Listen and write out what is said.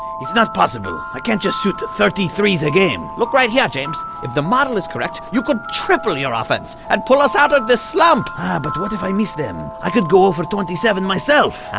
it's not possible i can't just shoot thirty threes a game look right here, james. if the model is correct, you could triple your offense and pull us out of this slump but what if i miss them? i could go zero for twenty seven myself!